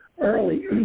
early